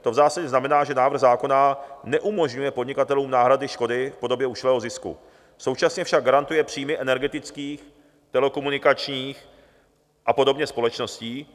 To v zásadě znamená, že návrh zákona neumožňuje podnikatelům náhrady škody v podobě ušlého zisku, současně však garantuje příjmy energetických, telekomunikačních a podobně společností.